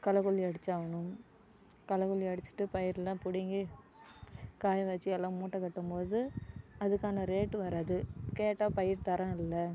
களைக்கொல்லி அடிச்சாகணும் களக்கொல்லி அடிச்சுட்டு பயிரெல்லாம் பிடிங்கி காய வச்சு எல்லாம் மூட்டை கட்டும்போது அதுக்கான ரேட்டு வராது கேட்டால் பயிர் தரம் இல்லை